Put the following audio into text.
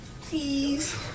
Please